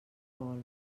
vol